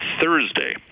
Thursday